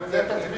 אנחנו,